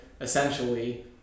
essentially